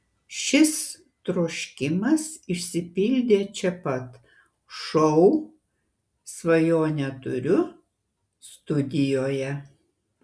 šis troškimas išsipildė čia pat šou svajonę turiu studijoje